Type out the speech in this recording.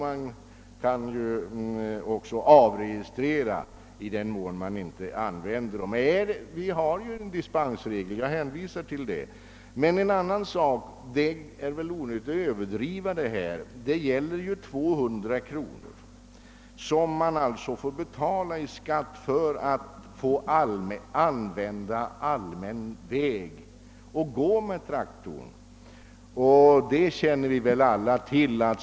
Man kan också avregistrera en traktor i den mån man inte använder den och jag hänvisar till den dispensregel som finns. Vidare är det väl onödigt att överdriva detta problem. Det gäller 200 kronor som man alltså får betala i skatt för att få köra traktorn på allmän väg.